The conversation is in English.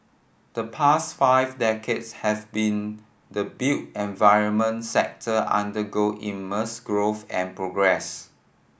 the past five decades have been the built environment sector undergo immense growth and progress